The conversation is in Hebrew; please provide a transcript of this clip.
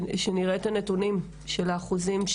שנראה את הנתונים של האחוזים,